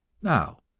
now,